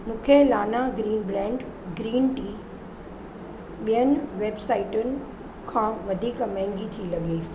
मूंखे लाना green brand green tea ॿियनि वेबसाइटुनि खां वधीक महांगी थी लॻे